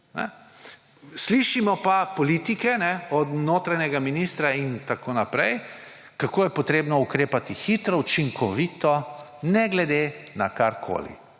Slišimo pa politike od notranjega ministra in tako naprej, kako je treba ukrepati hitro, učinkovito, ne glede na človekove